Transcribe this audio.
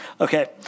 Okay